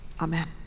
Amen